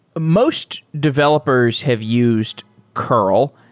most developers have used curl.